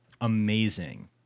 amazing